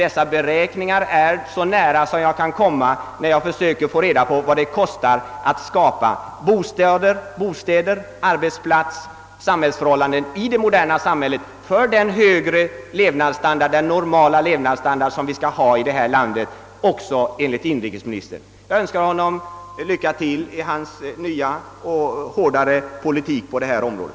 Dessa beräkningar ligger så nära som jag kan komma när jag försöker få reda på vad det kostar att skapa bostäder, arbetsplats, samhällsförhållanden i det moderna samhället för den normala levnadsstandard som vi skall ha i det här landet, också för den importerade arbetskraften. Jag önskar inrikesministern lycka till i hans nya och hårdare politik på det här området.